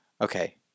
Okay